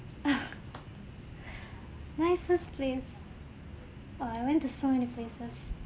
nicest place err I went to so many places